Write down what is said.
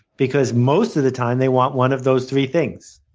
because most of the time, they want one of those three things.